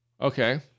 okay